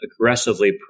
aggressively